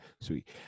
Sweet